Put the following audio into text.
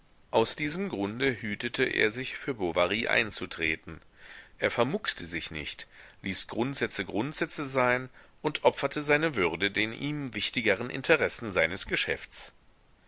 aus diesem grunde hütete er sich für bovary einzutreten er vermuckste sich nicht ließ grundsätze grundsätze sein und opferte seine würde den ihm wichtigeren interessen seines geschäfts